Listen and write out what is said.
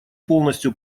полностью